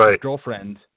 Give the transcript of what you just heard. girlfriend